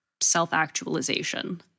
self-actualization